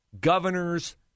governors